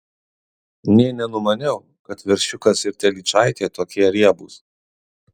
nė nenumaniau kad veršiukas ir telyčaitė tokie riebūs